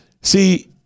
See